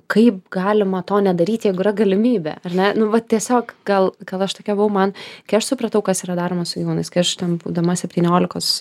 kaip galima to nedaryt jeigu yra galimybė ar ne nu va tiesiog gal gal aš tokia buvau man kai aš supratau kas yra daroma su gyvūnais kai aš ten būdama septyniolikos